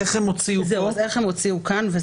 איך הם הוציאו כאן?